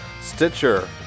Stitcher